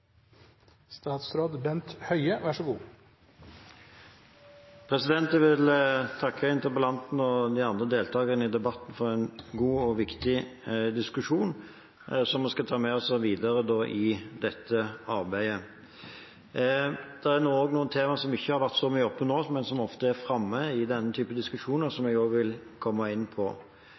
Jeg vil takke interpellanten og de andre deltakerne i debatten for en god og viktig diskusjon, som jeg skal ta med meg videre i dette arbeidet. Det er også noen temaer som ikke har vært så mye oppe nå, men som ofte er framme i denne typen diskusjoner, som jeg også vil komme inn på.